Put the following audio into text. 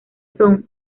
son